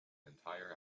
entire